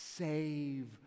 Save